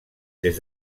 des